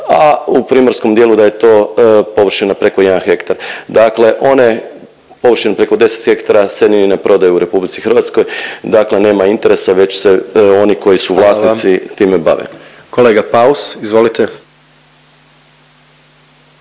a u primorskom dijelu, da je to površina preko 1 hektar. Dakle one površine preko 10 hektara se ni ne prodaju u RH, dakle nam interesa već se oni koji su vlasnici time bave. **Jandroković,